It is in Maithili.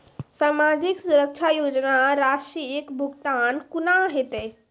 समाजिक सुरक्षा योजना राशिक भुगतान कूना हेतै?